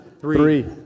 Three